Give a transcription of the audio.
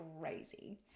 crazy